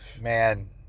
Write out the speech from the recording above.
Man